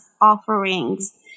offerings